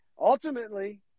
Ultimately